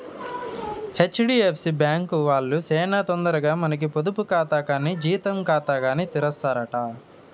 HDFC bank వాల్లు సేనా తొందరగా మనకి పొదుపు కాతా కానీ జీతం కాతాగాని తెరుస్తారట